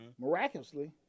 miraculously